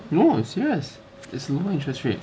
no serious it's lower interest rate